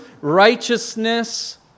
righteousness